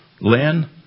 Lynn